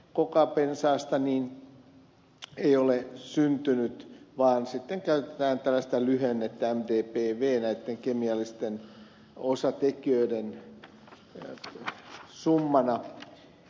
kuukaupin tulee lähtöaineestaan kokapensaasta syntyä vaan sitten käytetään tällaista lyhennettä mdpv näitten kemiallisten osatekijöiden summana